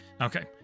Okay